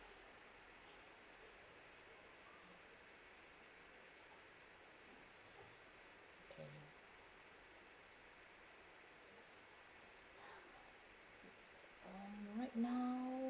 K mm right now